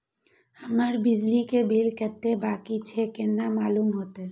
हमर बिजली के बिल कतेक बाकी छे केना मालूम होते?